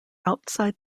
outside